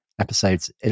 episodes